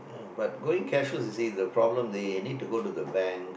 you know but going cashless you see the problem that ya you need to go the bank